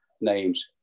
names